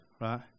right